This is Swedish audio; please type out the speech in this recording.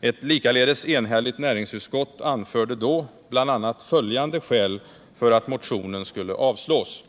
Ett likaledes enhälligt näringsutskott anförde då bl.a. följande skäl för att motionen skulle avslås: